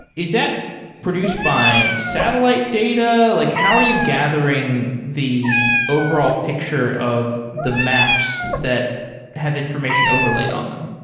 is that produced by satellite data? like how are you gathering the overall picture of the maps that have information overlaid on them?